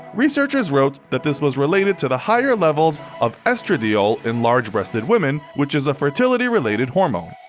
researchers wrote that this was related to the higher levels of estradiol in large breasted women, which is a fertility-related hormone.